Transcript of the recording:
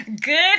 Good